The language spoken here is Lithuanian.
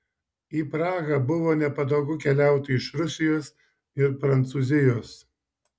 į prahą buvo nepatogu keliauti iš rusijos ir prancūzijos